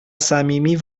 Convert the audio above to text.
صمیمی